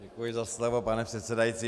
Děkuji za slovo, pane předsedající.